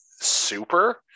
super